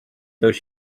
though